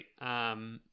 right